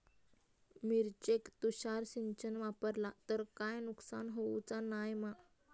मिरचेक तुषार सिंचन वापरला तर काय नुकसान होऊचा नाय मा?